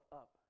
up